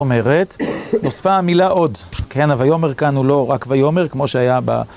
אומרת, נוספה מילה עוד, כן ה"ויאמר" כאן הוא לא רק "ויאמר" כמו שהיה ב...